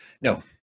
No